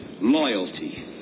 loyalty